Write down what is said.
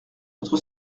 votre